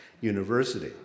University